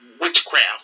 witchcraft